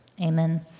Amen